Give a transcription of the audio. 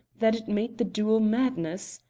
that it made the duel madness.